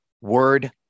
word